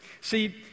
See